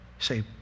say